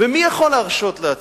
מי יכול להרשות לעצמו?